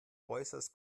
äußerst